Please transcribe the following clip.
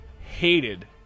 hated